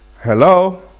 Hello